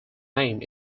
name